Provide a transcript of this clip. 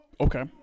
Okay